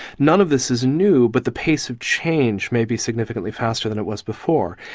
none of this is new, but the pace of change may be significantly faster than it was before.